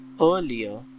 earlier